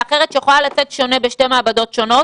אחרת שיכולה לצאת שונה בשתי מעבדות שונות.